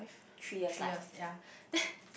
three years yeah then